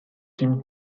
team